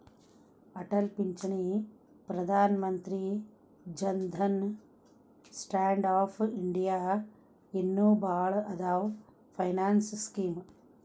ಅಟಲ್ ಪಿಂಚಣಿ Pradhan Mantri Jan Dhan stand up India ಇನ್ನು ಭಾಳ್ ಅದಾವ್ ಫೈನಾನ್ಸ್ ಸ್ಕೇಮ್